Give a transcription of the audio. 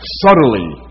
subtly